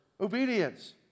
obedience